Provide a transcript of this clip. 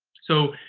so,